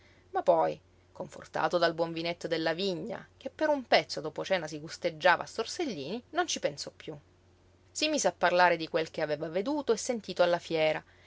ma poi confortato dal buon vinetto della vigna che per un pezzo dopo cena si gusteggiava a sorsellini non ci pensò piú si mise a parlare di quel che aveva veduto e sentito alla fiera